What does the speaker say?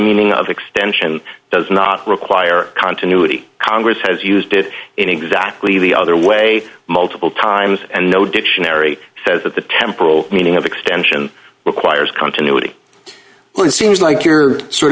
meaning of extension does not require continuity congress has used it in exactly the other way multiple times and no dictionary says that the temporal meaning of extension requires continuity when seems like you're sort